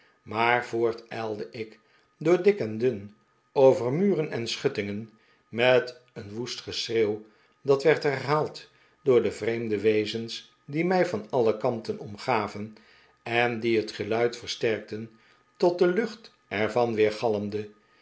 maar voort ijlde ik door dik en dun over muren en schuttingen met een woest geschreeuw dat werd herhaald door de vreemde wezens die mij van alle kanten omgaven en die het geluid versterkten tot de lucht er